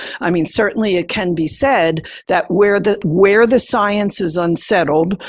i mean, certainly, it can be said that where the where the science is unsettled,